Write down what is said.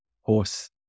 horse